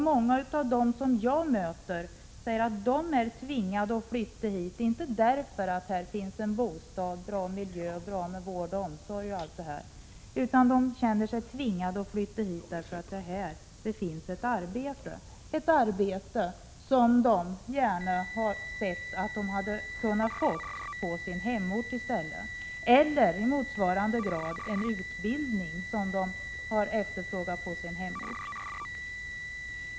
Många av dem som jag möter säger att de är tvingade att flytta hit till denna region inte därför att det här finns bostäder, bra miljö, vård osv. Nej, anledningen till att de känner sig tvingade att flytta är att här finns arbeten — arbeten som de i stället gärna hade velat få på sin hemort. Detta gäller i motsvarande grad för utbildning som de har efterfrågat.